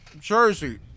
jersey